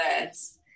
words